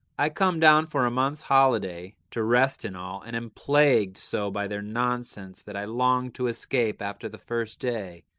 i come down for a month's holiday, to rest and all, and am plagued so by their nonsense that i long to escape after the first day.